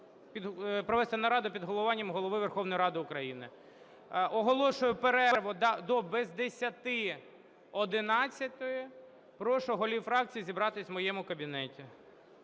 провести нараду під головуванням Голови Верховної Ради України. Оголошую перерву до без десяти одинадцятої. Прошу голів фракції зібратися у моєму кабінеті.